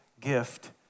gift